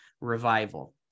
Revival